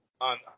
on